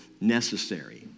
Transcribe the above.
necessary